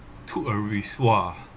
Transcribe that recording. took a risk !wah!